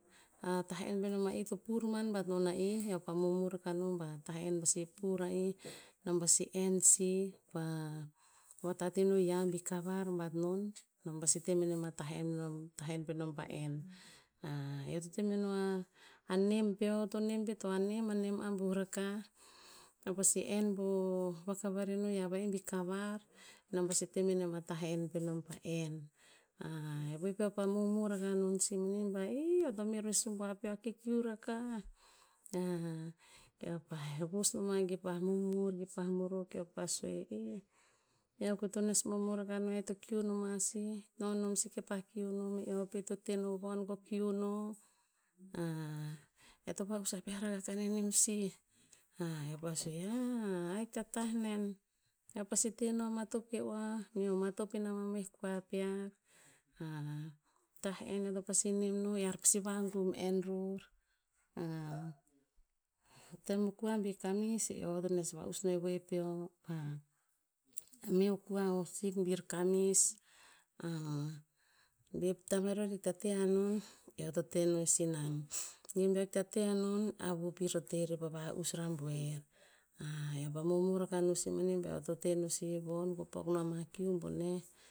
tah en penom va'ih to pur man bat nona ih, eo pa momor aka no bah, tah en pasi pura'ih, nom pasi en si pa vatat ino yia bi kavar bat non. Nom pasi temenem a tah en nom tah en penom pa en. Eo to temeno a, nem peo to nem pet oh nem, anem abuh rakah. Eo pasi en po vakavar ino yia va'ih bi kavar, nom pasi temenem atah en penom pa en. e voe peo pa momor akah non sih manih bah ih, eo to meroh e subuav peo a kikiu rakah, keo pah vos noma ki pa momor kih pa morok keo pah sue, ih eo koheh to nes momor akah no e to kiu noma sih. No nom sih kepa kiu nom, eo pet to te noh von ko kiu no. E eh to va'us a viah rakah kaneneo sih, eo pa sue, haa ahik tah nen, eo pasi teno amatop ke oah, meo matop ina maeh koa pear. Tah en eotopasi nem no ear to pasi vagum en ror. O tem o kua bi kamis, e eo ve tones va'us no e voe peo, me o koa hosik bir kamis. be tameroer hik ta te hanon, eoto te no e sinan. Ge beo hik ta te ano, avu pir to terer pa va'us raboer. Eo pa momor akanosi manih bah eoto te no sih von ko pok no ama kiu boneh